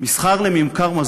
לבין מסחר קמעונאי?